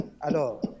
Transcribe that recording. Alors